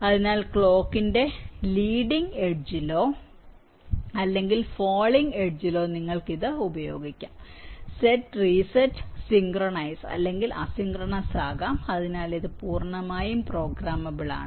അതിനാൽ ക്ലോക്കിന്റെ ലീഡിങ് എഡ്ജിലോ അല്ലെങ്കിൽ ഫാളിംഗ് എഡ്ജിലോ ട്രിഗർ ചെയ്യാൻ നിങ്ങൾക്ക് ഇത് ഉപയോഗിക്കാം സെറ്റ് റീസെറ്റ് സിൻക്രൊണസ് അല്ലെങ്കിൽ അസിൻക്രണസ് ആകാം അതിനാൽ ഇത് പൂർണ്ണമായും പ്രോഗ്രാമബിൾ ആണ്